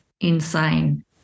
insane